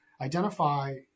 identify